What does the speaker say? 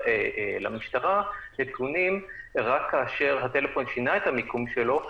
למשטרה איכונים רק כאשר הטלפון שינה את המיקום שלו,